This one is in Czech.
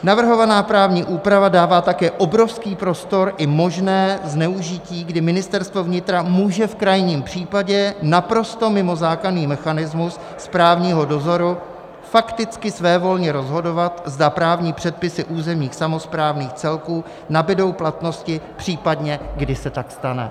Navrhovaná právní úprava dává také obrovský prostor i možnému zneužití, kdy Ministerstvo vnitra může v krajním případě naprosto mimo zákonný mechanismus správního dozoru fakticky svévolně rozhodovat, zda právní předpisy územních samosprávných celků nabudou platnosti, případně kdy se tak stane.